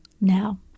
Now